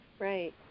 Right